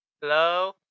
Hello